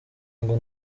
ngo